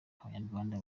abanyarwanda